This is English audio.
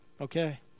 okay